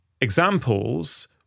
examples